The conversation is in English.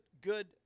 good